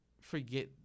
forget—